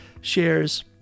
shares